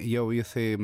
jau jisai